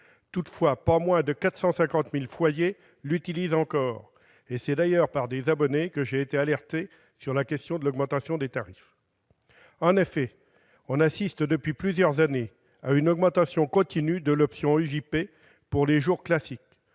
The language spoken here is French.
Toutefois, pas moins de 450 000 foyers l'utilisent encore, et c'est d'ailleurs par des abonnés que j'ai été alerté d'une augmentation des tarifs. En effet, on assiste depuis plusieurs années à une augmentation continue de l'option EJP pour les « jours classiques